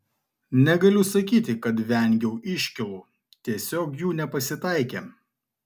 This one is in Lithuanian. negaliu sakyti kad vengiau iškylų tiesiog jų nepasitaikė